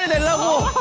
and hello.